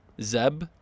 Zeb